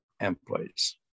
Employees